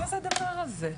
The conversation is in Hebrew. זו המשמעות של כסף צבוע.